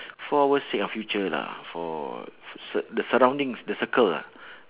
for our sake or future lah for for s~ the surroundings the circle lah